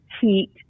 heat